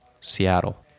Seattle